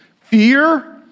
fear